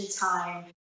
time